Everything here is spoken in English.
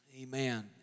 Amen